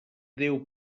déu